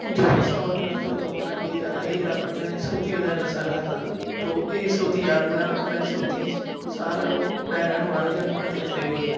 જો હસાવાની વાત હોય તો માયાભાઈ આહીર આપણને સૌથી વધારે હસાવ્યા હતા તો એ સૌથી યાદગાર અને સૌથી સારા એવો ડાયરાનું આયોજન પણ ત્યાં થયું હતું